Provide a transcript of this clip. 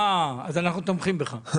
אנחנו תומכים בך.